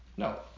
No